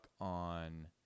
on